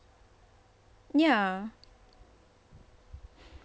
ya